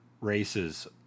races